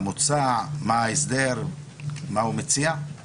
חלק מהפרקים בתקנות פשרה והסדר חלו אחרי